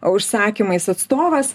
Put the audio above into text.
užsakymais atstovas